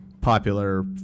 popular